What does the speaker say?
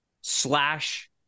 slash